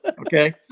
okay